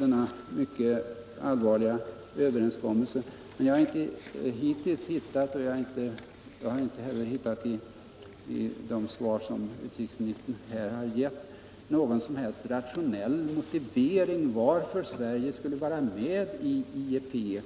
denna mycket allvarliga överenskommelse, men hittills har jag inte, vare sig i detta material eller i det svar som utrikesministern här har givit, kunnat finna någon som helst rationell motivering för att Sverige skulle vara med i IEP.